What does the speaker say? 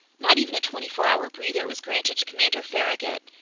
not even a twenty four hour breather was granted to commander farragut.